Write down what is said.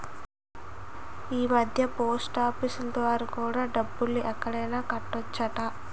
ఈమధ్య పోస్టాఫీసులు ద్వారా కూడా డబ్బుల్ని ఎక్కడైనా కట్టొచ్చట